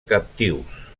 captius